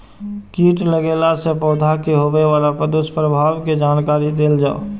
कीट लगेला से पौधा के होबे वाला दुष्प्रभाव के जानकारी देल जाऊ?